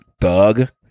thug